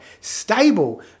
stable